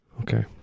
okay